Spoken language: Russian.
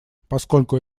поскольку